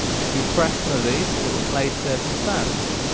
if we press some of these it will play certain sounds.